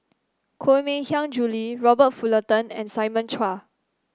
Koh Mui Hiang Julie Robert Fullerton and Simon Chua